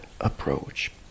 approach